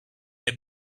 have